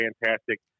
fantastic